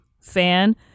fan